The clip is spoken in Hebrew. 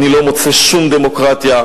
אני לא מוצא שום דמוקרטיה.